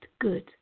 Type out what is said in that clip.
good